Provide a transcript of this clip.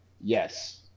Yes